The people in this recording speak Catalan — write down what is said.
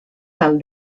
del